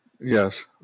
Yes